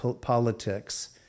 politics